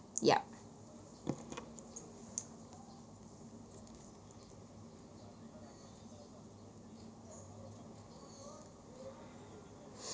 yup